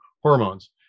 hormones